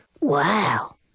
Wow